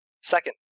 Second